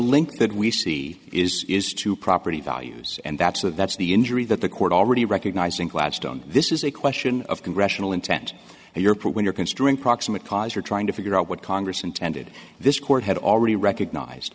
link that we see is is to property values and that's so that's the injury that the court already recognizing gladstone this is a question of congressional intent and your point when you're considering proximate cause you're trying to figure out what congress intended this court had already recognized